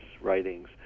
writings